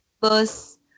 bus